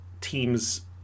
teams